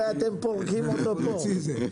איך זה משרת.